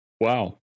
wow